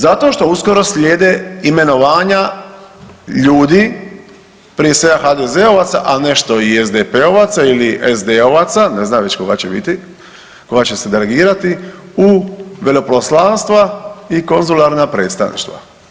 Zato što uskoro slijede imenovanja ljudi prije svega HDZ-ovaca, a nešto i SDP-ovaca ili SD-ovaca ne znam već koga će biti, koga će se delegirati u veleposlanstva i konzularna predstavništva.